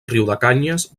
riudecanyes